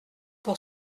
pour